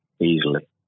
easily